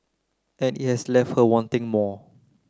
and it has left her wanting more